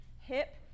hip